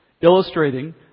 illustrating